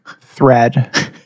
thread